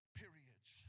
periods